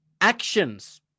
actions